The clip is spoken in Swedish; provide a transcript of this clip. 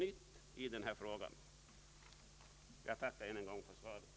Jag tackar än en gång för svaret.